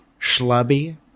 schlubby